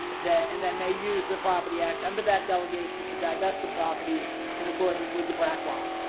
that, and then they use the property act under that delegation to divest the properties in accordance with the brac law.